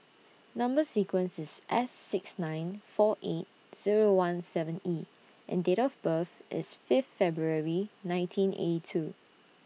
Number sequence IS S six nine four eight Zero one seven E and Date of birth IS Fifth February nineteen eighty two